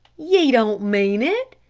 ye don't mean it!